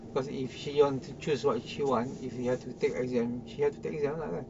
cause if she want to choose what she want if you have to take exam she have to take exam lah kan